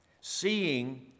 seeing